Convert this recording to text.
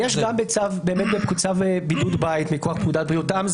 ויש גם צו בידוד בית מכוח פקודת בריאות העם.